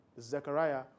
Zechariah